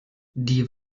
die